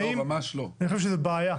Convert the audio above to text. אני חושב שזאת בעיה.